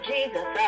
Jesus